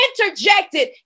interjected